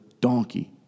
donkey